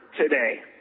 today